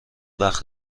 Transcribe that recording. وقت